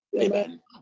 Amen